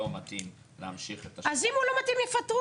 לפטר